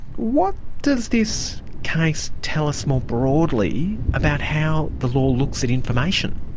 what does this case tell us more broadly about how the law looks at information?